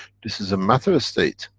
this is a matter-state.